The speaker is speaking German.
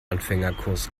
anfängerkurs